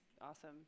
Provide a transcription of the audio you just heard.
awesome